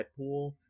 Deadpool